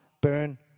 burn